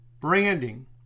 branding